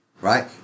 Right